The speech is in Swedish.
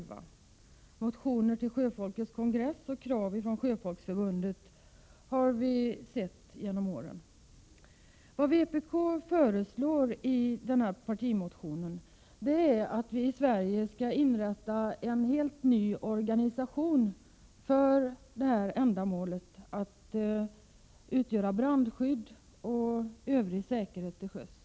Det har under årens lopp väckts motioner till Sjöfolksförbundets kongress och även framförts krav från Sjöfolksförbundet i dessa frågor. Vad vpk föreslår i partimotionen är att det i Sverige skall inrättas en helt ny organisation för brandskydd och övriga säkerhetsfrågor till sjöss.